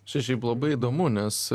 čia šiaip labai įdomu nes